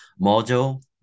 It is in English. module